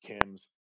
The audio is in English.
Kim's